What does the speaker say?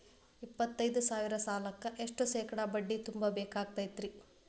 ಎಪ್ಪತ್ತೈದು ಸಾವಿರ ಸಾಲಕ್ಕ ಎಷ್ಟ ಶೇಕಡಾ ಬಡ್ಡಿ ತುಂಬ ಬೇಕಾಕ್ತೈತ್ರಿ?